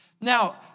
Now